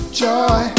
joy